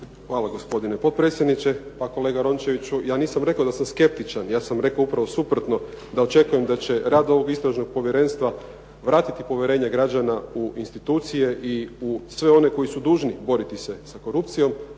Hvala gospodine potpredsjedniče. Pa kolega Rončeviću, ja nisam rekao da sam skeptičan, ja sam rekao upravo suprotno, da očekujem da će rad ovog istražnog povjerenstva vratiti povjerenje građana u institucije i u sve one koji su dužni boriti se s korupcijom.